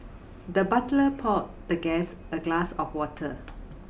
the butler poured the guest a glass of water